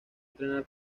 entrenar